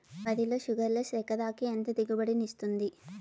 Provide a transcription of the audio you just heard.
వరి లో sugarless less రకం ఎకరాకి ఎంత దిగుబడినిస్తుంది